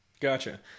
Gotcha